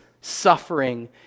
suffering